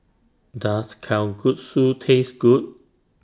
Does Kalguksu Taste Good